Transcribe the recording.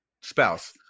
spouse